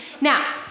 Now